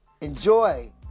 Enjoy